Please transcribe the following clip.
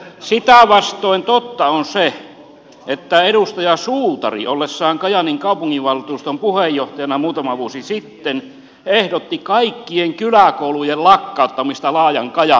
sitä vastoin totta on se että edustaja suutari ollessaan kajaanin kaupunginvaltuuston puheenjohtajana muutama vuosi sitten ehdotti kaikkien kyläkoulujen lakkauttamista laajan kajaanin alueella